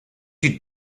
you